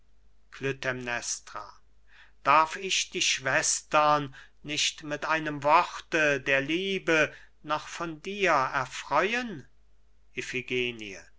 darf ich die schwestern nicht mit einem worte der liebe noch von dir erfreuen